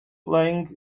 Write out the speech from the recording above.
playing